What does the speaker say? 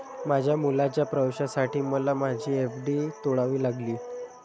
माझ्या मुलाच्या प्रवेशासाठी मला माझी एफ.डी तोडावी लागली